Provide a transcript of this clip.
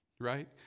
right